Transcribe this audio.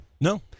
No